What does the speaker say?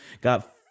Got